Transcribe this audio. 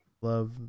Love